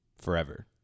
forever